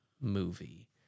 movie